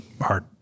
heart